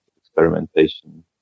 experimentation